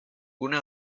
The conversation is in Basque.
gune